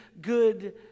good